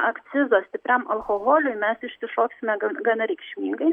akcizą stipriam alkoholiui mes išsišoksime gan gana reikšmingai nes